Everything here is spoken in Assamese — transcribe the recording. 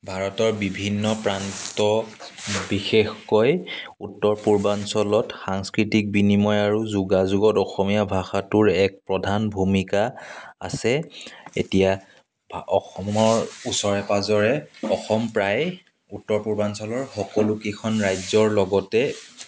ভাৰতৰ বিভিন্ন প্ৰান্তত বিশেষকৈ উত্তৰ পূৰ্বাঞ্চলত সাংস্কৃতিক বিনিময় আৰু যোগাযোগত অসমীয়া ভাষাটোৰ এক প্ৰধান ভূমিকা আছে এতিয়া অসমৰ ওচৰে পাঁজৰে অসম প্ৰায় উত্তৰ পূৰ্বাঞ্চলৰ সকলো কেইখন ৰাজ্যৰ লগতে